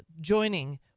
joining